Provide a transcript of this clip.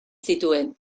zituen